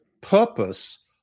purpose